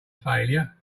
failure